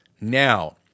Now